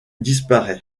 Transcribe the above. disparaît